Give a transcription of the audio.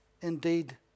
indeed